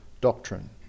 doctrine